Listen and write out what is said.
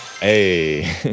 Hey